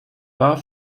war